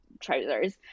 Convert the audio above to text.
trousers